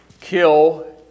kill